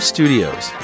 Studios